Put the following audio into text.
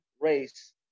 race